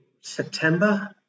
September